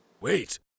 Wait